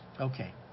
Okay